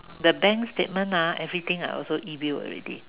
the bank statement ah everything I also e-bill already